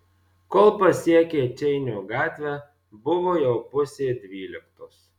kol pasiekė čeinio gatvę buvo jau pusė dvyliktos